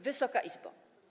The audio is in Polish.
Wysoka Izbo!